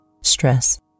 stress